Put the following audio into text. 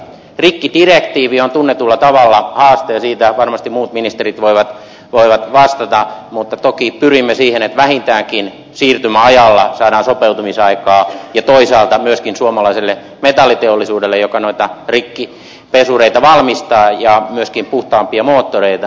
rikkidirektiivi on tunnetulla tavalla haaste ja siihen varmasti muut ministerit voivat vastata mutta toki pyrimme siihen että vähintäänkin siirtymäajalla saadaan sopeutumisaikaa ja toisaalta myöskin suomalaiselle metalliteollisuudelle joka noita rikkipesureita valmistaa ja myöskin puhtaampia moottoreita sopeutumisaikaa